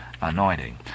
anointing